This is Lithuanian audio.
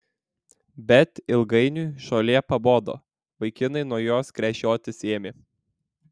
bet ilgainiui žolė pabodo vaikinai nuo jos gręžiotis ėmė